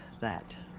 that.